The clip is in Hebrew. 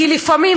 כי לפעמים,